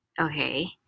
okay